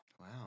Wow